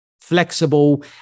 flexible